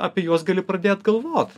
apie juos gali pradėt galvot